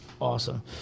awesome